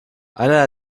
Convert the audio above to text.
einer